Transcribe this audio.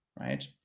right